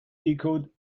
echoed